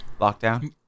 lockdown